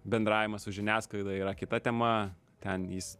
bendravimas su žiniasklaida yra kita tema ten jis